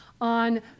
on